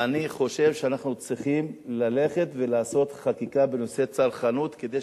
ואני חושב שאנחנו צריכים ללכת ולעשות חקיקה בנושאי צרכנות כדי